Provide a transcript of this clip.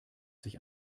sich